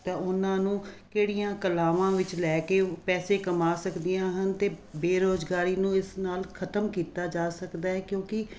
ਤਾਂ ਉਹਨਾਂ ਨੂੰ ਕਿਹੜੀਆਂ ਕਲਾਵਾਂ ਵਿੱਚ ਲੈ ਕੇ ਪੈਸੇ ਕਮਾ ਸਕਦੀਆਂ ਹਨ ਅਤੇ ਬੇਰੁਜ਼ਗਾਰੀ ਨੂੰ ਇਸ ਨਾਲ ਖਤਮ ਕੀਤਾ ਜਾ ਸਕਦਾ ਹੈ ਕਿਉਂਕਿ